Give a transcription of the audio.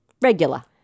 Regular